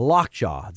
Lockjaw